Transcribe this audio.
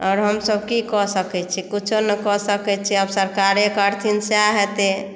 आओर हमसभ की कऽ सकै छी किछो ने कऽ सकै छी अब सरकारे करथिन सएह हेतै